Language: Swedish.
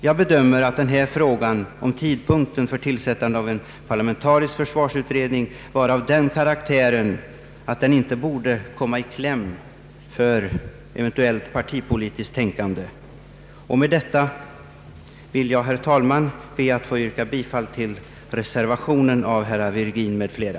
Jag bedömer frågan om tidpunkten för tillsättande av en parlamentarisk försvarsutredning vara av den karaktären att den inte borde komma i kläm för eventuellt partipolitiskt tänkande. Med detta ber jag, herr talman, att få yrka bifall till reservationen av herr Virgin m.fl.